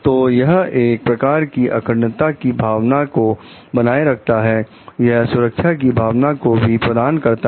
तो यह एक प्रकार से अखंडता की भावना को बनाए रखता है यह सुरक्षा की भावना को भी प्रदान करता है